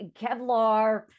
Kevlar